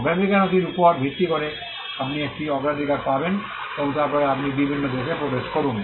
অগ্রাধিকার নথির উপর ভিত্তি করে আপনি একটি অগ্রাধিকার পাবেন এবং তারপরে আপনি বিভিন্ন দেশে প্রবেশ করুন